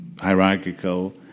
hierarchical